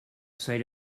site